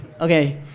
Okay